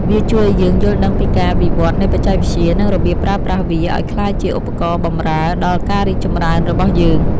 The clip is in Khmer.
វាជួយឱ្យយើងយល់ដឹងពីការវិវឌ្ឍនៃបច្ចេកវិទ្យា និងរបៀបប្រើប្រាស់វាឱ្យក្លាយជាឧបករណ៍បម្រើដល់ការរីកចម្រើនរបស់យើង។